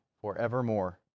forevermore